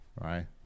right